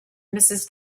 mrs